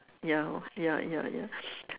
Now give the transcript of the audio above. ya hor ya ya ya